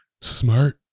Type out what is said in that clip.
Smart